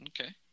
Okay